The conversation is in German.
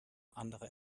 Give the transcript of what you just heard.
andere